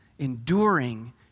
enduring